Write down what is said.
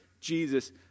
Jesus